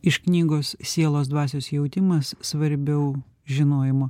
iš knygos sielos dvasios jautimas svarbiau žinojimo